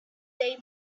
day